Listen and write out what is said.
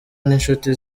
n’inshuti